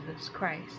Christ